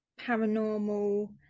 paranormal